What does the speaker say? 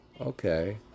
Okay